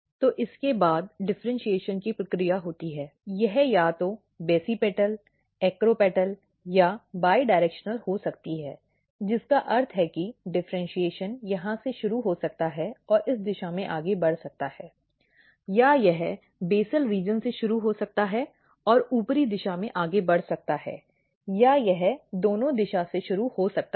तो इसके बाद डिफ़र्इन्शीएशन की प्रक्रिया होती है यह या तो बेसिपेटल एक्रोपेटल या बिडायरेक्शनल हो सकती है जिसका अर्थ है कि डिफ़र्इन्शीएशन यहां से शुरू हो सकता है और इस दिशा में आगे बढ़ सकता है या यह बेसल क्षेत्र से शुरू हो सकता है और ऊपरी दिशा में आगे बढ़ सकता है या यह दोनों दिशा से शुरू हो सकता है